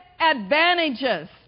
advantages